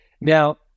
Now